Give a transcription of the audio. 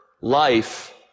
life